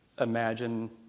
imagine